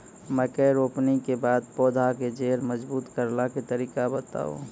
मकय रोपनी के बाद पौधाक जैर मजबूत करबा के तरीका बताऊ?